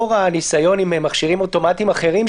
יש חיווי שהתרחקת מהטווח,